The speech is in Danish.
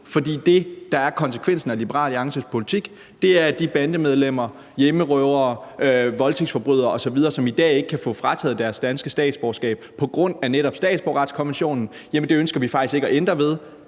For det, der er konsekvensen af Liberal Alliances politik, er, at det, at der er bandemedlemmer, hjemmerøvere, voldtægtsforbrydere osv., som i dag ikke kan få frataget deres danske statsborgerskab på grund af netop statsborgerretskonventionen, ønsker man faktisk ikke at ændre ved.